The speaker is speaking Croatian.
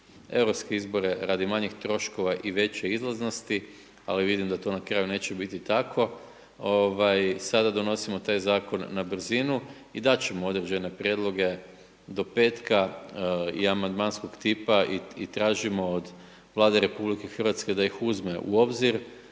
Europske izbore radi manjih troškova i veće izlaznosti, ali vidim da to na kraju neće biti tako, ovaj, sada donosimo taj Zakon na brzinu, i dat' ćemo određene prijedloge do petka, i amandmanskog tipa, i tražimo od Vlade Republike Hrvatske da ih uzme u obzir